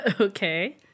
Okay